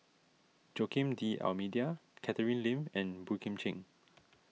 Joaquim D'Almeida Catherine Lim and Boey Kim Cheng